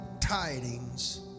tidings